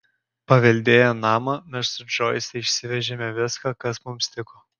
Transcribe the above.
paveldėję namą mes su džoise išsivežėme viską kas mums tiko